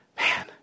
Man